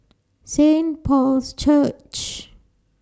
Saint Paul's Church